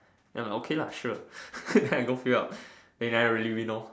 then I like okay lah sure then I go fill up then I never really win lor